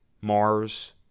Mars